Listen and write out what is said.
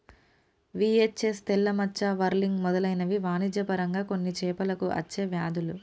VHS, తెల్ల మచ్చ, whirling మెదలైనవి వాణిజ్య పరంగా కొన్ని చేపలకు అచ్చే వ్యాధులు